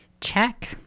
Check